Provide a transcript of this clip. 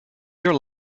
your